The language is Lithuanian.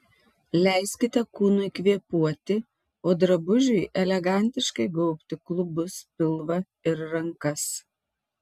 leiskite kūnui kvėpuoti o drabužiui elegantiškai gaubti klubus pilvą ir rankas